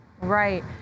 Right